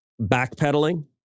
backpedaling